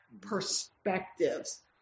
perspectives